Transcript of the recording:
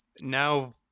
now